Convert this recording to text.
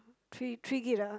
three three gig lah